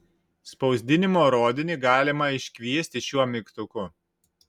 spausdinimo rodinį galima iškviesti šiuo mygtuku